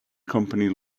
company